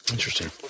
Interesting